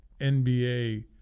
NBA